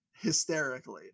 hysterically